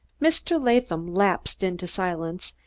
mr. latham lapsed into silence,